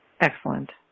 Excellent